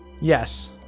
yes